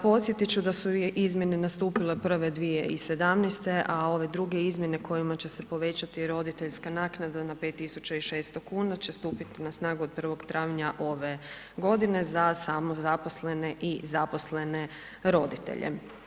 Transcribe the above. Podsjetit će da su i izmjene nastupile prve 2017., a ove druge izmjene kojima će se povećati roditeljska naknada na 5600 kn će stupiti od 1. travnja ove godine za samozaposlene i zaposlene roditelje.